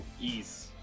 ease